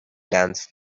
dance